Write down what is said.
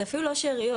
אפילו לא שאריות,